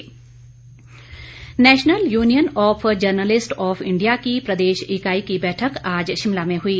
बैठक national union of journalist of India की प्रदेश इकाई की बैठक आज शिमला में हुई